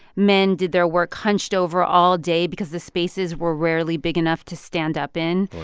men did their work hunched over all day because the spaces were rarely big enough to stand up in.